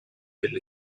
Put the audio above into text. del